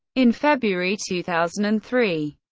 in february two thousand and three,